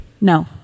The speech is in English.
No